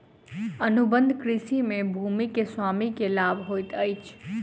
अनुबंध कृषि में भूमि के स्वामी के लाभ होइत अछि